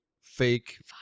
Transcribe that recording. fake